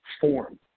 form